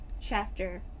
chapter